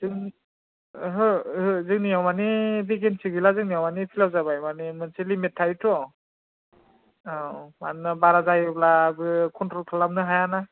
जों ओहो ओहो जोंनियाव मानि बेकेनसि गैला मानि फिलाफ जाबाय मानि मोनसे लिमिथ थायोथ' औ मानोना बारा जायोब्लाबो कनट्रल खालामनो हायाना